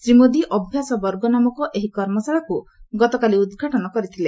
ଶ୍ରୀ ମୋଦି 'ଅଭ୍ୟାସ ବର୍ଗ' ନାମକ ଏହି କର୍ମଶାଳାକୁ ଗତକାଲି ଉଦ୍ଘାଟନ କରିଥିଲେ